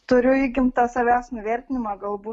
turiu įgimtą savęs nuvertinimą galbūt